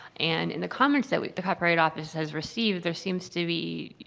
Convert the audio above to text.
and in the comments that the copyright office has received, there seems to be,